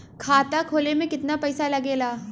खाता खोले में कितना पईसा लगेला?